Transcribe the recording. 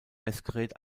messgerät